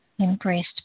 embraced